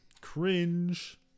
Cringe